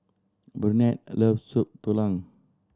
Burnett loves Soup Tulang